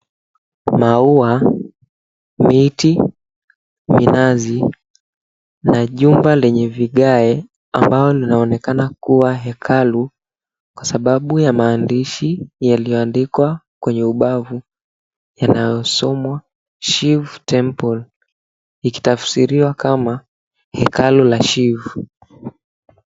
Maua, miti, minazi, na jumba lenye vigae, ambalo linaonekana kuwa hekalu kwa sababu ya maandishi yaliyoandikwa kwenye ubavu yanayosomwa Shieve Temple, ikitafsiriwa kama hekalu la Shieve.